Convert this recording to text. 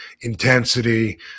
intensity